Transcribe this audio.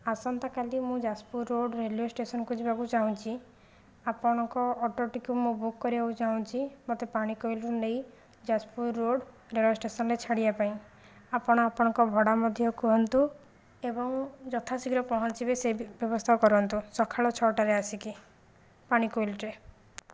ଆସନ୍ତାକାଲି ମୁଁ Jajpur road railway ଷ୍ଟେସନକୁ ଯିବାକୁ ଚାହୁଁଛି ଆପଣଙ୍କ ଅଟୋଟିକୁ ମୁଁ ବୁକ୍ କରିବାକୁ ଚାହୁଁଛି ମୋତେ ପାଣିକୋଇଲିରୁ ନେଇ ଯାଜପୁର ରୋଡ଼ ରେଳଷ୍ଟେସନରେ ଛାଡ଼ିବା ପାଇଁ ଆପଣ ଆପଣଙ୍କ ଭଡ଼ା ମଧ୍ୟ କୁହନ୍ତୁ ଏବଂ ଯଥା ଶୀଘ୍ର ପହଞ୍ଚିବେ ସେବ୍ୟବସ୍ଥା କରନ୍ତୁ ସକାଳ ଛଅଟାରେ ଆସିକି ପାଣିକୋଇଲିରେ